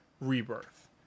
Rebirth